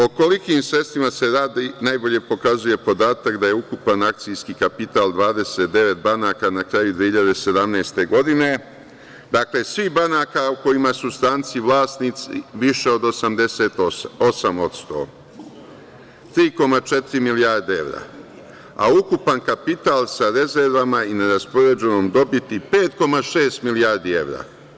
O kolikim sredstvima se radi, najbolje pokazuje podatak da je ukupan akcijski kapital 29 banaka, na kraju 2017. godine, dakle, svih banaka u kojima su stranci vlasnici, više od 88%, 3,4 milijarde evra, a ukupan kapital sa rezervama i neraspoređenom dobiti 5,6 milijardi evra.